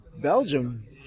Belgium